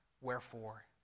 Wherefore